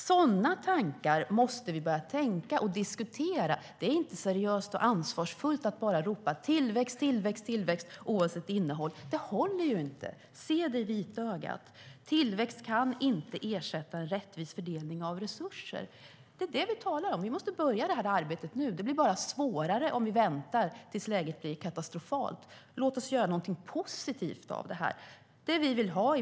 Sådana tankar måste vi börja tänka och diskutera. Det är inte seriöst och ansvarsfullt att bara ropa: Tillväxt, tillväxt, tillväxt - oavsett innehåll. Det håller inte. Se det i vitögat! Tillväxt kan inte ersätta en rättvis fördelning av resurser. Det är det vi talar om. Vi måste börja arbetet nu. Det blir bara svårare om vi väntar tills läget blir katastrofalt. Låt oss göra någonting positivt av det här.